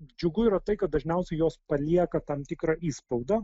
džiugu yra tai kad dažniausiai jos palieka tam tikrą įspaudą